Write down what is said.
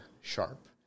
sharp